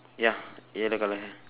ya yellow colour hair